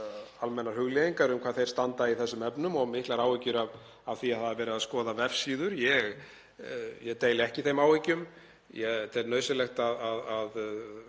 almennar hugleiðingar um hvar Píratar standa í þessum efnum, hafa miklar áhyggjur af því að það sé verið að skoða vefsíður. Ég deili ekki þeim áhyggjum. Ég tel nauðsynlegt að